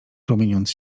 rumieniąc